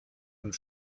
und